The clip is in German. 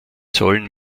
sollen